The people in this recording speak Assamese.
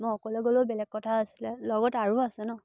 মই অকলে গ'লেও বেলেগ কথা আছিলে লগত আৰু আছে ন